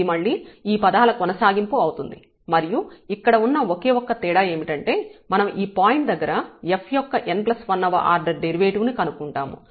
ఇది మళ్ళీ ఈ పదాల కొనసాగింపు అవుతుంది మరియు ఇక్కడ ఉన్న ఒకే ఒక్క తేడా ఏమిటంటే మనం ఈ పాయింట్ దగ్గర f యొక్క n1 వ ఆర్డర్ డెరివేటివ్ ను కనుక్కుంటాము